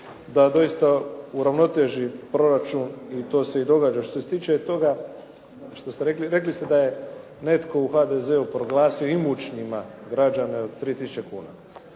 da doista uravnoteži proračun i to se i događa. Što se tiče toga što ste rekli, rekli ste da je netko u HDZ-u proglasio imućnima građane od 3 000 kuna.